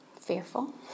fearful